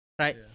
right